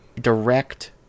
direct